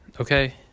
okay